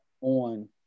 on